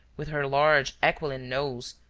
with her large aquiline nose,